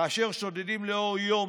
כאשר שודדים לאור יום,